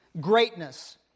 greatness